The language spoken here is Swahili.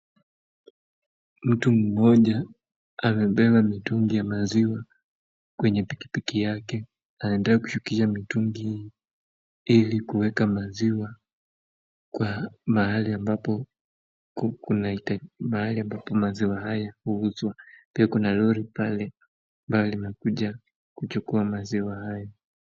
Mtu mmoja amebeba mitungi ya maziwa kwenye pikipiki yake na anataka kushukisha mitungi ili kuweka maziwa kwa mahali ambapo maziwa haya huuzwa. Pia kuna lori pale na limekuja kuchukua maziwa haya.